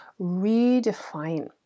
redefine